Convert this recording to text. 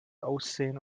aussehen